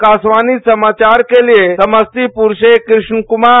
आकाशवाणी समाचार के लिए समस्तीपुर से कृष्ण कुमार